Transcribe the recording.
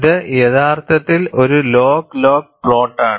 ഇത് യഥാർത്ഥത്തിൽ ഒരു ലോഗ് ലോഗ് പ്ലോട്ടാണ്